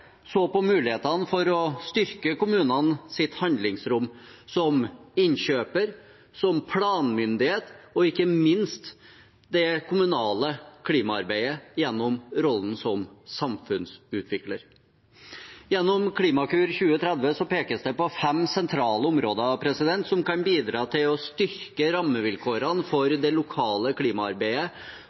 så på mulighetene for å styrke kommunenes handlingsrom som innkjøper, planmyndighet og ikke minst i det kommunale klimaarbeidet gjennom rollen som samfunnsutvikler. Gjennom Klimakur 2030 pekes det på fem sentrale områder som kan bidra til å styrke rammevilkårene for det lokale klimaarbeidet